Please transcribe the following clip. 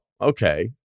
okay